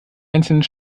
einzelnen